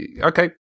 Okay